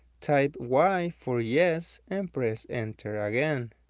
type y for yes and press enter again.